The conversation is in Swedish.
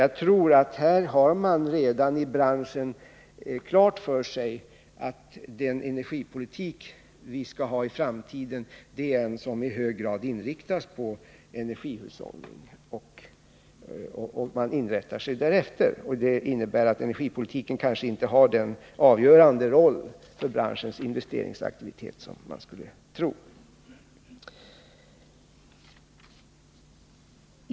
Jag tror att man i branschen redan har klart för sig att den energipolitik vi skall ha i framtiden är en som i hög grad syftar till energihushållning och att man inrättar sig därefter. Det innebär att energipolitiken kanske inte har den avgörande roll för branschens investeringsaktivitet som man skulle tro.